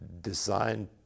designed